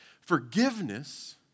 Forgiveness